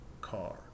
car